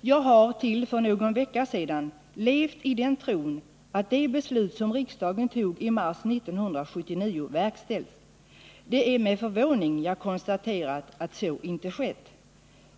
Jag har till för någon vecka sedan levt i den tron att det beslut som riksdagen tog i mars 1979 har verkställts. Det är med förvåning jag konstaterat att så inte skett.